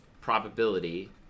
probability